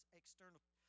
external